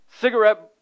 Cigarette